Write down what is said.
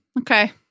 Okay